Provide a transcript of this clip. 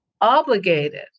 obligated